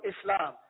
Islam